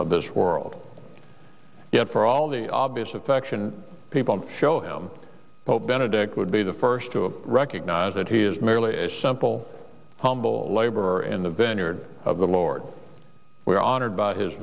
of this world yet for all the obvious affection people show him pope benedict would be the first to recognize that he is merely a simple humble laborer in the vineyard of the lord we are honored b